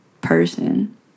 person